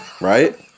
right